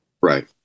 right